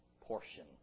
portion